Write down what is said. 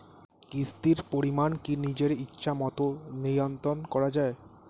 কিস্তির পরিমাণ কি নিজের ইচ্ছামত নিয়ন্ত্রণ করা যায়?